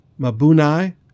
Mabunai